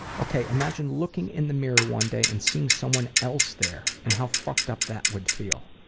okay, imagine looking in the mirror one day and seeing someone else there and how fucked up that would feel.